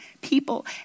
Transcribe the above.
people